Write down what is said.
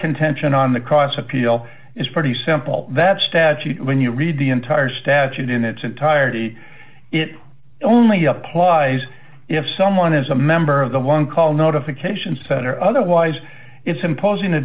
contention on the cross appeal is pretty simple that statute when you read the entire statute in its entirety it only applies if someone is a member of the one call notification center otherwise it's imposing a